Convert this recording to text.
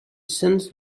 sensed